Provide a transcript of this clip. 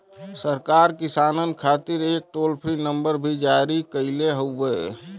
सरकार किसानन खातिर एक टोल फ्री नंबर भी जारी कईले हउवे